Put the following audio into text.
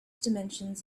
dimensions